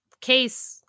case